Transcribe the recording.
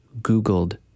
Googled